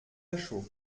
lachaud